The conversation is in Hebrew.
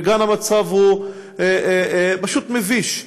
כאן המצב הוא פשוט מביש: